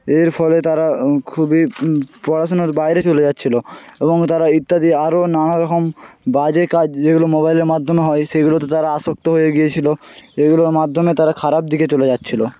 এর ফলে তারা খুবই পড়াশোনার বাইরে চলে যাচ্ছিল এবং তারা ইত্যাদি আরও নানা রকম বাজে কাজ যেগুলো মোবাইলের মাধ্যমে হয় সেগুলোতে তারা আসক্ত হয়ে গিয়েছিল এগুলোর মাধ্যমে তারা খারাপ দিকে চলে যাচ্ছিল